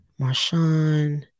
Marshawn